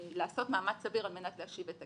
לעשות מאמץ סביר על מנת להשיב את הכסף.